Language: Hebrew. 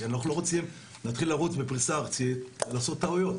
כי אנחנו לא רוצים להתחיל לרוץ בפריסה ארצית ולעשות טעויות,